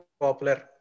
popular